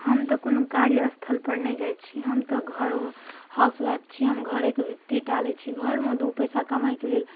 हम तऽ कोनो कार्यस्थलपर नहि जाइ छी हम तऽ घरो हाउसवाइफ छी हम घरेके बिता लै छी घरमे दुइ पइसा कमाइके लेल